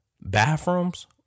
Bathrooms